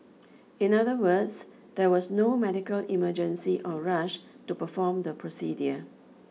in other words there was no medical emergency or rush to perform the procedure